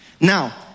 Now